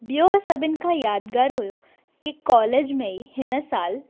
ॿियो सभिनि खां यादिगारु हुओ की कॉलेज में ई हिन सालु